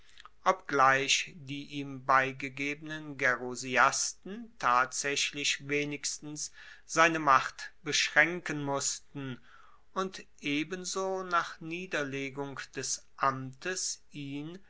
obgleich die ihm beigegebenen gerusiasten tatsaechlich wenigstens seine macht beschraenken mussten und ebenso nach niederlegung des amtes ihn